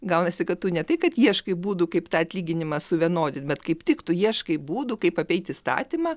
gaunasi kad tu ne tai kad ieškai būdų kaip tą atlyginimą suvienodint bet kaip tik tu ieškai būdų kaip apeit įstatymą